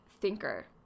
thinker